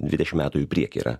dvidešimt metų į priekį yra